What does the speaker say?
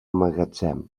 magatzem